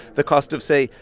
the cost of, say,